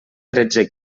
tretze